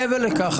למטה.